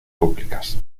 públicas